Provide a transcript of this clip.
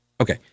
okay